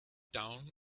down